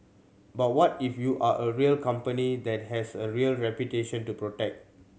but what if you are a real company that has a real reputation to protect